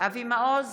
אבי מעוז,